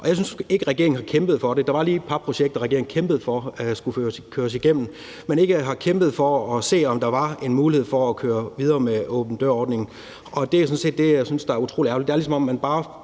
jeg synes ikke, at regeringen har kæmpet for det. Der var lige et par projekter, regeringen kæmpede for skulle køres igennem, men den har ikke kæmpet for at se, om der var en mulighed for at køre videre med åben dør-ordningen. Det er sådan set det, jeg synes er utrolig ærgerligt.